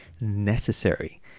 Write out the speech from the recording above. necessary